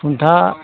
खुन्था